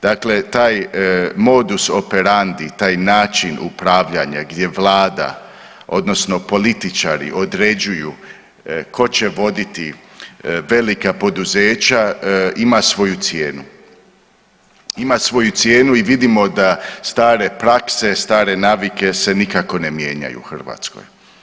Dakle, taj modus operandi, taj način upravljanja gdje Vlada odnosno političari određuju tko će voditi velika poduzeća ima svoju cijenu i vidimo da stare prakse, stare navike se nikako ne mijenjaju u Hrvatskoj.